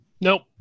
Nope